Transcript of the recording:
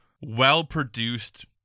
well-produced